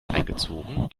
eingezogen